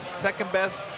second-best